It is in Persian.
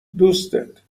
دوستت